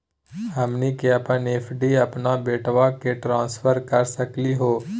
हमनी के अपन एफ.डी अपन बेटवा क ट्रांसफर कर सकली हो?